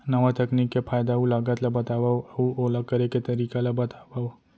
नवा तकनीक के फायदा अऊ लागत ला बतावव अऊ ओला करे के तरीका ला बतावव?